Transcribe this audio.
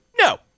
No